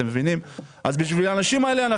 אנחנו כאן בשביל האנשים האלה.